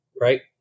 right